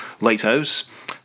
Lighthouse